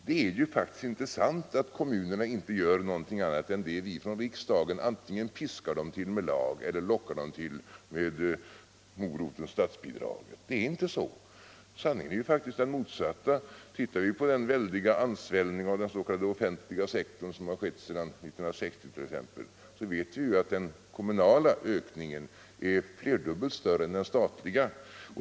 Det är faktiskt inte så att kommunerna inte gör någonting annat än det som vi från riksdagen antingen piskar dem till med lag eller lockar dem till med moroten statsbidrag. Det är inte så! Sanningen är faktiskt den motsatta. Ser vi på den väldiga ansvällning av den s.k. offentliga sektorn som har skett t.ex. sedan 1960, finner vi att den kommunala ökningen är flerdubbelt större än den statliga.